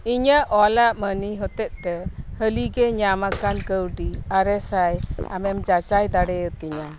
ᱤᱧᱟᱹᱜ ᱚᱞᱟ ᱢᱟᱱᱤ ᱦᱚᱛᱮᱡ ᱛᱮ ᱦᱟᱹᱞᱤᱜᱮ ᱧᱟᱢᱟᱠᱟᱱ ᱠᱟᱹᱣᱰᱤ ᱟᱨᱮᱥᱟᱭ ᱟᱢᱮᱢ ᱡᱟᱪᱟᱭ ᱫᱟᱲᱮᱭᱟ ᱛᱤᱧᱟ